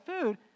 food